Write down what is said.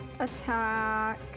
Attack